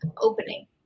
opening